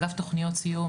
אגף תוכניות סיוע,